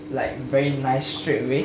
like very nice straightaway